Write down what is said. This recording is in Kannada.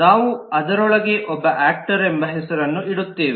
ನಾವು ಅದರೊಳಗೆ ಒಬ್ಬ ಯಾಕ್ಟರ್ ಎಂಬ ಹೆಸರನ್ನು ಇಡುತ್ತೇವೆ